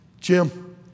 Jim